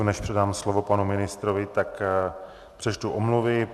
Než předám slovo panu ministrovi, tak přečtu omluvy.